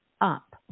up